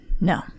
No